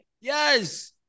Yes